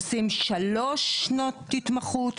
עושים שלוש שנות התמחות,